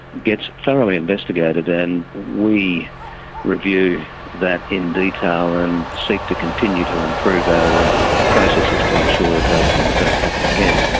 gets thoroughly investigated and we review that in detail and seek to continue to improve our processes to ensure that those things don't happen again.